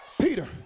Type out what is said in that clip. Peter